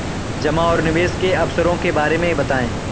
जमा और निवेश के अवसरों के बारे में बताएँ?